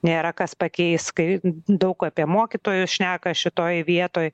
nėra kas pakeis kai daug apie mokytojus šneka šitoj vietoj